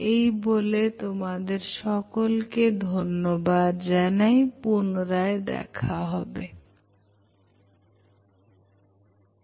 তাই সে পর্যন্ত তোমাদের এই ভিডিও দেখার জন্য ধন্যবাদ জানাচ্ছি